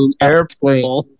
airplane